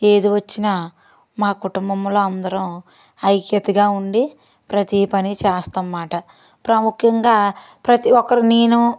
ఏది వచ్చినా మా కుటుంబంలో అందరం ఐక్యతగా ఉండి ప్రతి పని చేస్తాం అన్నమాట ప్రాముఖ్యంగా ప్రతి ఒక్కరు నేను